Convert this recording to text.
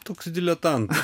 toks diletantas